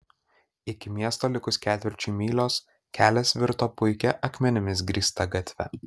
iki miesto likus ketvirčiui mylios kelias virto puikia akmenimis grįsta gatve